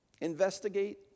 investigate